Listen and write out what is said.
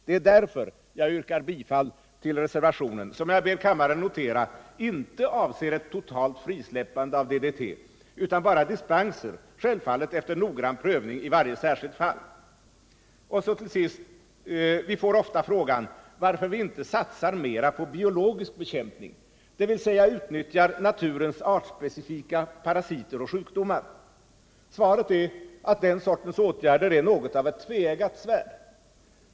Det är därför jag yrkar bifall till reservationen, som jag ber kammaren notera inte avser ett totalt frisläppande av DDT utan bara dispenser, självfallet efter noggrann prövning i varje särskilt fall. Och så till sist: Vi får ofta frågan varför vi inte satsar mer på biologisk bekämpning, dvs. utnyttjar naturens artspecifika parasiter och sjukdomar. Svaret är att den sortens åtgärder är något av ett tveeggat svärd.